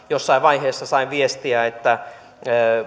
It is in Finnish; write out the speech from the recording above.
jossain vaiheessa sain viestiä että